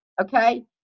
Okay